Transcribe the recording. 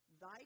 Thy